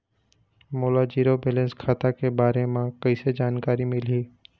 मोला zero balance खाता के बारे म कैसे जानकारी मिलही?